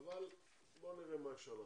אבל בואו נראה מה אפשר לעשות.